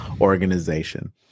organization